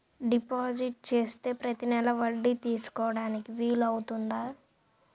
Deposit చేస్తే ప్రతి నెల వడ్డీ తీసుకోవడానికి వీలు అవుతుందా?